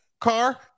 car